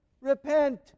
Repent